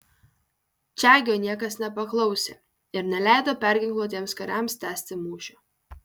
čegio niekas nepaklausė ir neleido perginkluotiems kariams tęsti mūšio